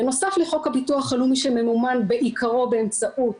בנוסף לחוק הביטוח הלאומי שמממומן בעקרו באמצעות